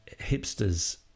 hipsters